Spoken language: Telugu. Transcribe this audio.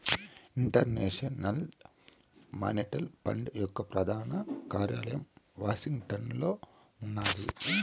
ఇంటర్నేషనల్ మానిటరీ ఫండ్ యొక్క ప్రధాన కార్యాలయం వాషింగ్టన్లో ఉన్నాది